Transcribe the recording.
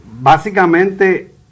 Básicamente